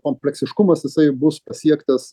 kompleksiškumas jisai bus pasiektas